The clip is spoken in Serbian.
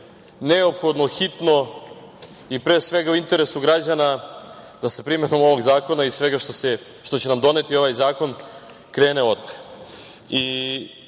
neophodno, hitno, i pre svega, u interesu građana da se primenom ovog zakona i sve što će nam doneti ovaj zakon krene odmah. Iz